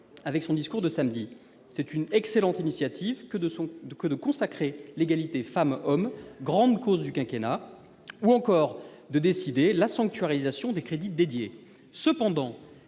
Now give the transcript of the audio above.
dans son discours de samedi dernier. C'est une excellente initiative que de consacrer l'égalité entre les femmes et les hommes « grande cause du quinquennat » ou encore de décider la sanctuarisation des crédits dédiés. Cependant,